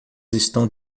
estão